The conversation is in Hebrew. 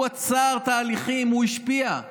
הוא עצר תהליכים, הוא השפיע,